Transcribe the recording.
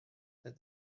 that